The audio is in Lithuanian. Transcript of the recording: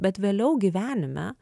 bet vėliau gyvenime